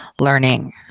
learning